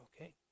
okay